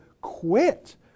quit